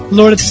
Lord